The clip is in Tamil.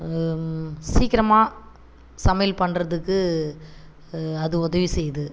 சீக்கிரமாக சமையல் பண்ணுறதுக்கு அது உதவி செய்யுது